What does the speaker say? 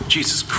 Jesus